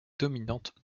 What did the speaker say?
dominantes